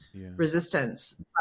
resistance